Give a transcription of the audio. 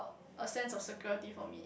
a sense of security for me